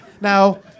Now